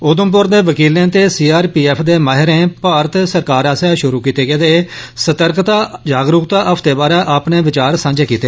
उधमपुर दे वकीलें ते सीआरपीएफ दे माहिरें भारत सरकार आसेआ शुरु कीते गेदे सतर्कता जागरूकता हफ्ते बारै अपने विचार सांझे कीते